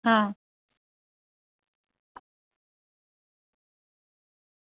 आं